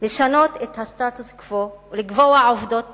לשנות את הסטטוס-קוו ולקבוע עובדות בשטח,